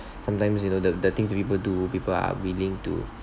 sometimes you know the the things people do people are willing to